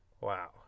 Wow